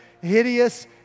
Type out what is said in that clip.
hideous